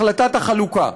החלטת החלוקה.